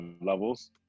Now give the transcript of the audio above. levels